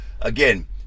again